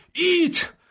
Eat